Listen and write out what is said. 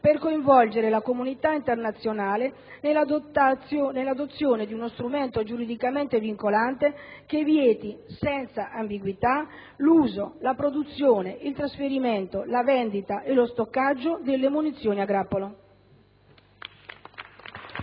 per coinvolgere la comunità internazionale nell'adozione di uno strumento giuridicamente vincolante, che vieti senza ambiguità l'uso, la produzione, il trasferimento, la vendita e lo stoccaggio delle munizioni a grappolo.